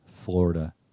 Florida